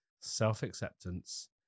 Self-acceptance